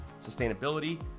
sustainability